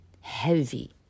heavy